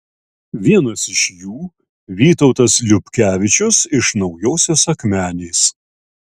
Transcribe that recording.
vienas iš jų vytautas liubkevičius iš naujosios akmenės